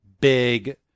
big